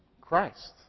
Christ